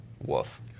woof